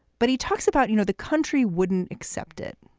but he talks about, you know, the country wouldn't accept it